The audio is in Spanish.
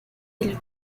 del